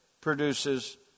produces